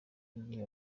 igihe